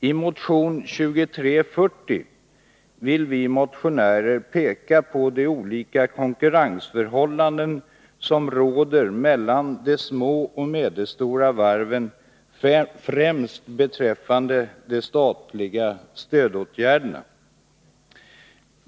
I motion 2340 pekar vi motionärer på de olika konkurrensförhållanden som råder mellan de små och medelstora varven främst när det gäller de statliga stödåtgärderna.